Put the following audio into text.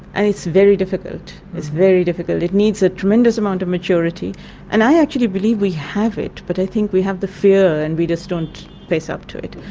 and it's very difficult, it's very difficult, it needs a tremendous amount of maturity and i actually believe we have it but i think we have the fear and we just don't face up to it.